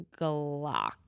glock